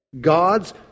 God's